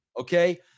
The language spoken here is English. Okay